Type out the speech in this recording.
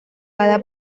cada